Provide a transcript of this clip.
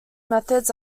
methods